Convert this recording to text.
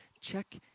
Check